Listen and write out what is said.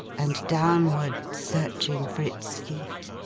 and downward searching for its feet,